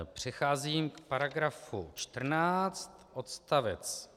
Přecházím k § 14 odst.